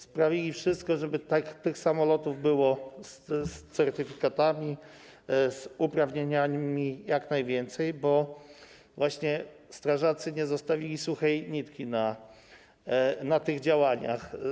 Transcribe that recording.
Sprawmy wszystko, żeby tych samolotów z certyfikatami, uprawnieniami było jak najwięcej, bo właśnie strażacy nie zostawili suchej nitki na tych działaniach.